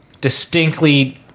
distinctly